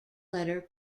letter